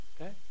Okay